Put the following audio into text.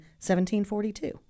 1742